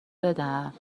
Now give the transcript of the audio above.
بدم